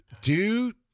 dude